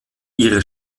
ihre